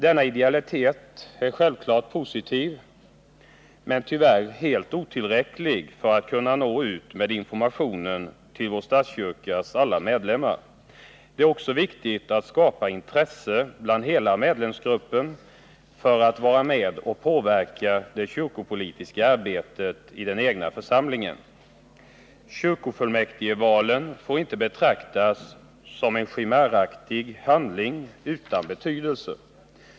Denna idealitet är självklart positiv, men tyvärr helt otillräcklig för att man skall kunna nå ut med informationen till vår statskyrkas alla medlemmar. Det är också viktigt att skapa intresse inom hela medlemsgruppen för att vara med och påverka det kyrkopolitiska arbetet i den egna församlingen. Kyrkofullmäktigvalen får inte betraktas som en chimäraktig handling utan betydelse.